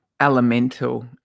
elemental